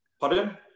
Pardon